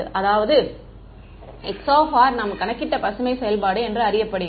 அதாவது 𝟀 நாம் கணக்கிட்ட பசுமை செயல்பாடு Green's functions என்று அறியப்படுகிறது